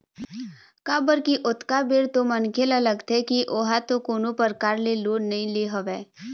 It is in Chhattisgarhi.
काबर की ओतका बेर तो मनखे ल लगथे की ओहा तो कोनो परकार ले लोन नइ ले हवय